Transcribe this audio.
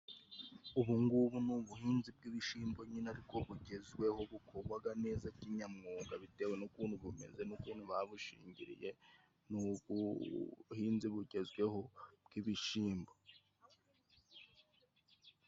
Ubungubu ni ubuhinzi bw'ibishimbo nyine ariko bugezweho bukogwaga neza kinyamwuga, bitewe nukuntu bumeze nukuntu babushingiriye ni ubuhinzi bugezweho bw'ibishimbo.